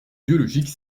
biologiques